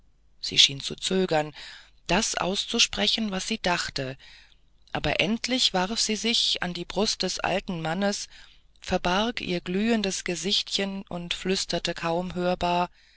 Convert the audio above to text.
sie schien zu zögern das auszusprechen was sie dachte aber endlich warf sie sich an die brust des alten mannes verbarg ihr glühendes gesichtchen und flüsterte kaum hörbar